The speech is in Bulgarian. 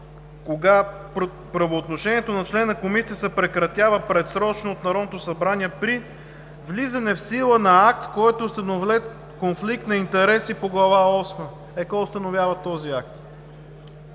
„Правоотношенията на член на Комисията се прекратява предсрочно от Народното събрание при влизане в сила на акт, с който е установен конфликт на интереси по Глава осма“. Е, кой установява този акт?